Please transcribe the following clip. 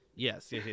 Yes